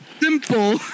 simple